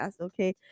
okay